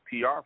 PR